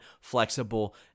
flexible